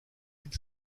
îles